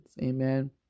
amen